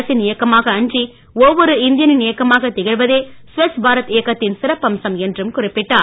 அரசின் இயக்கமாக அன்றி ஒவ்வொரு இந்தியனின் இயக்கமாகத் திகழ்வதே ஸ்வச் பாரத் இயக்கதின் சிறப்பு அம்சம் என்றும் குறிப்பிட்டார்